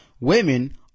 women